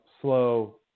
slow